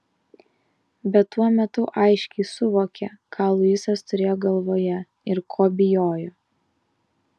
bet tuo metu aiškiai suvokė ką luisas turėjo galvoje ir ko bijojo